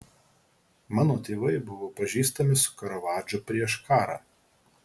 mano tėvai buvo pažįstami su karavadžu prieš karą